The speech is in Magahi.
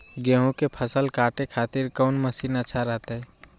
गेहूं के फसल काटे खातिर कौन मसीन अच्छा रहतय?